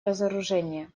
разоружение